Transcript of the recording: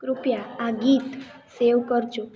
કૃપયા આ ગીત સેવ કરજો